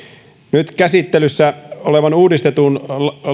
nyt käsittelyssä on uudistettu